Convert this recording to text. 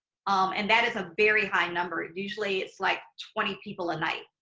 um and that is a very high number. and usually it's like twenty people a night.